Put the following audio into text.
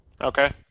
Okay